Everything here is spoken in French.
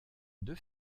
deux